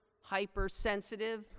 hypersensitive